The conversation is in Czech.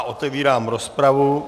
Otevírám rozpravu.